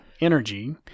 energy